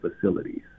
facilities